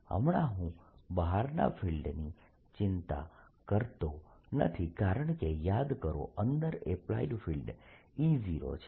હમણાં હું બહારના ફિલ્ડની ચિંતા કરતો નથી કારણકે યાદ કરો અંદર એપ્લાઇડ ફિલ્ડ E0 છે